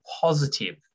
positive